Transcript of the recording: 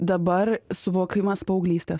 dabar suvokimas paauglystės